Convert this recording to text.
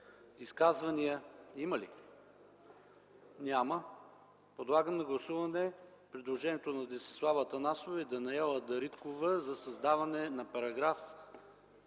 Изказвания има ли? Няма. Подлагам на гласуване предложението на Десислава Атанасова и Даниела Дариткова за създаване на §